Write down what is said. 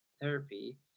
therapy